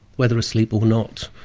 whether asleep or not,